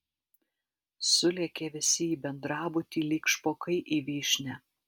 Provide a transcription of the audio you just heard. sulėkė visi į bendrabutį lyg špokai į vyšnią